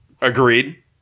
Agreed